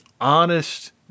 honest